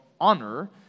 honor